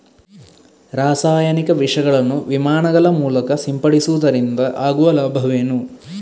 ರಾಸಾಯನಿಕ ವಿಷಗಳನ್ನು ವಿಮಾನಗಳ ಮೂಲಕ ಸಿಂಪಡಿಸುವುದರಿಂದ ಆಗುವ ಲಾಭವೇನು?